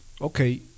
okay